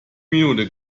minute